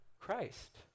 Christ